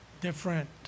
different